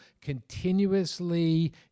continuously